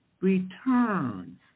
returns